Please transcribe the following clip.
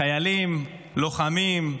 חיילים, לוחמים,